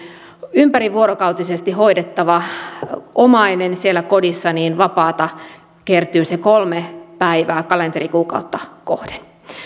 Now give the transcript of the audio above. ympärivuorokautisesti hoidettava omainen siellä kodissa vapaata kertyy se kolme päivää kalenterikuukautta kohden